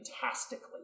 fantastically